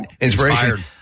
inspiration